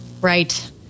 Right